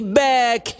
back